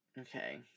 Okay